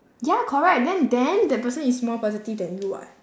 ya correct then then that person is more positive than you [what]